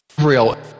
real